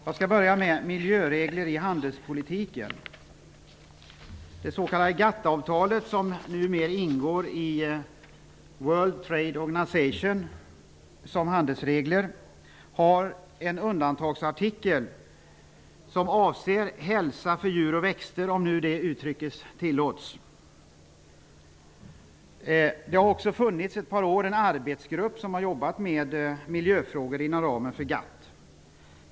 Jag skall först ta upp frågan om miljöregler inom handelspolitiken. I GATT-avtalet, vars handelsregler numera ligger under World Trade Organization, finns en undantagsartikel som behandlar hälsofrågor för djur och växter. En arbetsgrupp för miljöfrågor har under ett par år varit verksam inom GATT.